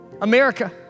America